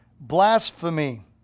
Blasphemy